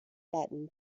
button